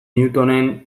newtonen